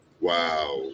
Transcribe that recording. Wow